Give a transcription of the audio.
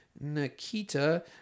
Nikita